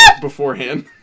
beforehand